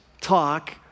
talk